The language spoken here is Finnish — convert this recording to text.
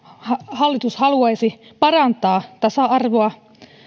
hallitus haluaisi parantaa tasa arvoa